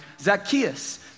Zacchaeus